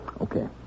Okay